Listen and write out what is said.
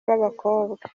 b’abakobwa